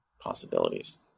possibilities